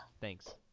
Thanks